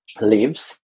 lives